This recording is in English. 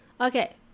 okay